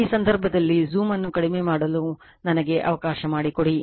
ಈ ಸಂದರ್ಭದಲ್ಲಿ ಜೂಮ್ ಅನ್ನು ಸ್ವಲ್ಪ ಕಡಿಮೆ ಮಾಡಲು ನನಗೆ ಅವಕಾಶ ಮಾಡಿಕೊಡಿ